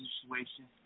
situation